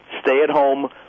Stay-at-home